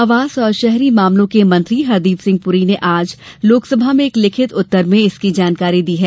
आवास और शहरी मामलों के मंत्री हरदीप सिंह पुरी ने आज लोकसभा में एक लिखित उत्तर में इसकी जानकारी दी है